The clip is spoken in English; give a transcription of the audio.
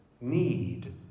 need